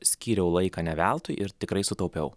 skyriau laiką ne veltui ir tikrai sutaupiau